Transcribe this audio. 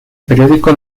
periódico